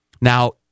Now